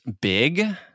big